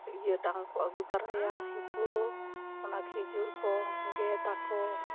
ᱤᱭᱟᱹ ᱰᱟᱝᱠᱚ ᱟᱹᱜᱩ ᱛᱚᱨᱟᱭᱟ ᱦᱤᱥᱩ ᱚᱱᱟ ᱠᱷᱤᱡᱩᱨ ᱠᱚ ᱜᱮᱫᱟ ᱠᱚ